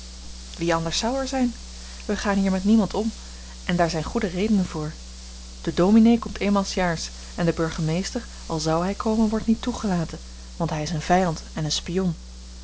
wie anders zou er zijn wij gaan hier met niemand om en daar zijn goede redenen voor de dominé komt eenmaal s jaars en de burgemeester al zou hij komen wordt niet toegelaten want hij is een vijand en een